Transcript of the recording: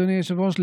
אדוני היושב-ראש,